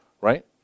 Right